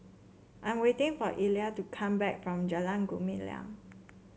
I'm waiting for Ila to come back from Jalan Gumilang